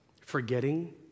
Forgetting